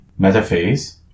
metaphase